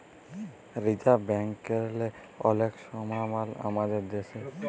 reserve ব্যাংকেরলে অলেক সমমাল আমাদের দ্যাশে